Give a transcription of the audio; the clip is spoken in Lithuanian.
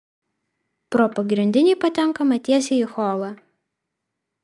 pro pagrindinį patenkama tiesiai į holą